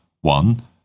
one